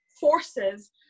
forces